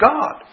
God